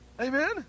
Amen